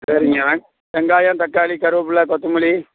சரிங்க வெங் வெங்காயம் தக்காளி கருவேப்பில கொத்தமல்லி